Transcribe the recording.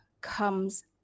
comes